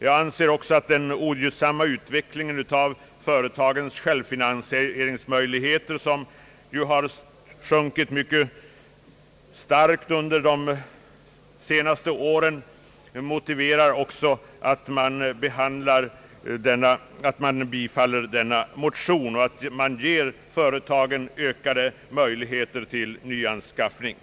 Jag anser också att den ogynnsamma utvecklingen av företagens självfinansieringsmöjligheter, vilka ju sjunkit mycket starkt under de senaste åren, motiverar ett bifall till förevarande motion, så att företagen kan ges ökade möjligheter till nyanskaffning.